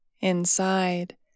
Inside